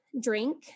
drink